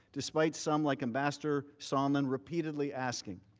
despite some like ambassador sondland repeatedly asking.